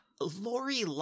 Lori